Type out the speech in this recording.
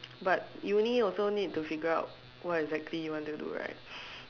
but uni also need to figure out what exactly you need to do right